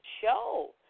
show